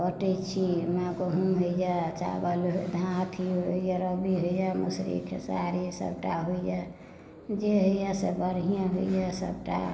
कटै छी ओहिमे गहूॅंम होइए चाबल धान अथी होइए रबी होइए मौसरी खेसारी सबटा होइए जे होइए से बढ़िऑं होइए सबटा